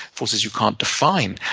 forces you can't define.